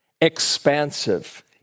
expansive